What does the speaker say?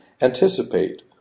anticipate